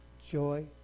joy